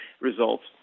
results